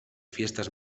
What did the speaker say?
fiestas